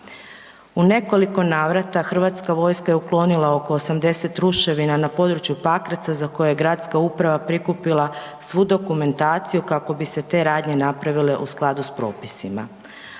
U nekoliko navrata Hrvatska vojska je uklonila oko 80 ruševina na području Pakraca za koje je gradska uprava prikupila svu dokumentaciju kako bi se te radnje napravile u skladu s propisima.